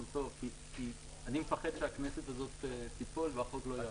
אני מפחד שהכנסת הזאת תיפול בלי שהחוק יעבור.